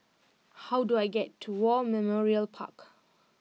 how do I get to War Memorial Park